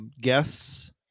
guests